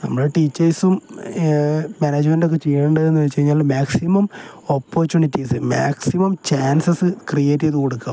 നമ്മുടെ ടീച്ചേഴ്സും മാനേജ്മെൻ്റൊക്കെ ചെയ്യേണ്ടതെന്ന് വച്ചു കഴിഞ്ഞാൽ maximum opportunities maximum chances create ചെയ്തു കൊടുക്കുക